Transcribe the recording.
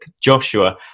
Joshua